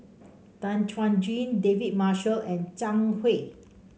Tan Chuan Jin David Marshall and Zhang Hui